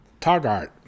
Targart